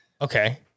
Okay